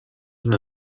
una